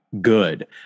good